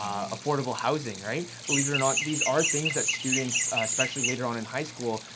affordable housing, right? believe it or not, these are things that students, especially later on in high school,